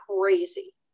crazy